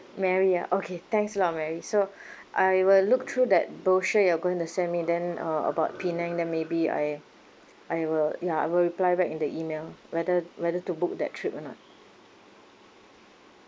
mary ah okay thanks a lot mary so I will look through that brochure you're going to send me then uh about penang then maybe I I will ya I will reply back in the email whether whether to book that trip or not